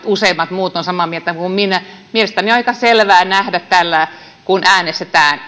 useimmat muut ovat samaa mieltä kuin minä mielestäni on aika selvää nähdä täällä kun äänestetään